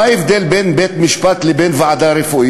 מה ההבדל בין בית-משפט לבין ועדה רפואית?